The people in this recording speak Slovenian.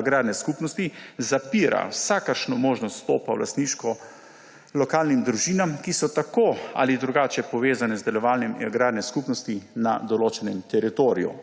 agrarne skupnosti zapira vsakršno možnost vstopa v lastništvo lokalnim družinam, ki so tako ali drugače povezane z delovanjem agrarne skupnosti na določenem teritoriju.